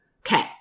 Okay